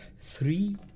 three